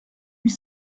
huit